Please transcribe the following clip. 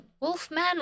wolfman